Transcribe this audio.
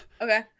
Okay